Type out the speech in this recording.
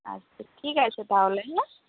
আচ্ছা ঠিক আছে তাহলে হ্যাঁ